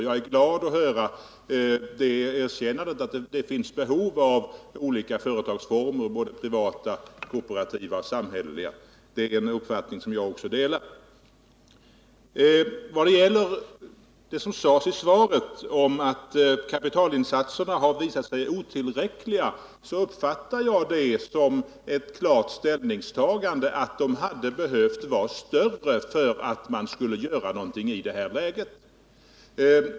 Jag är glad över att få höra erkännandet att det finns behov av olika företagsformer, såväl privata som kooperativa och samhälleliga. Det är en uppfattning som också jag delar. Vad gäller det som sades i svaret om att kapitalinsatserna visat sig otillräckliga, så uppfattar jag detta som ett klart ställningstagande — de hade behövt vara större för att man skulle kunna göra någonting i det här läget.